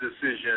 decision